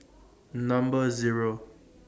Number Zero